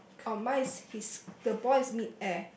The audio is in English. oh mine is he's the boy is mid air